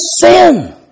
sin